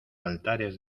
altares